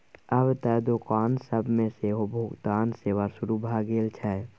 आब त दोकान सब मे सेहो भुगतान सेवा शुरू भ गेल छै